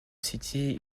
city